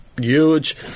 huge